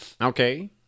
okay